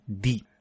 deep